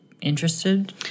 interested